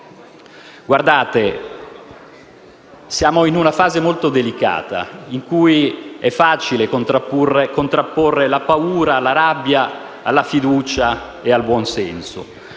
Siamo in una fase molto delicata, in cui è facile contrapporre la paura e la rabbia alla fiducia e al buon senso.